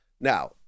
Now